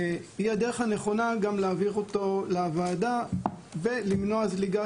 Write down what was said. היא הדרך הנכונה להעביר אותו לוועדה ולמנוע זליגה